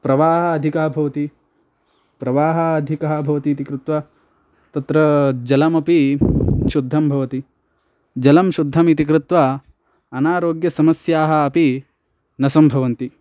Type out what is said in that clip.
प्रवाहः अधिकः भवति प्रवाहः अधिकः भवति इति कृत्वा तत्र जलमपि शुद्धं भवति जलं शुद्धमिति कृत्वा अनारोग्यसमस्याः अपि न सम्भवन्ति